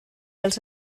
als